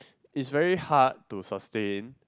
is very hard to sustain